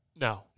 No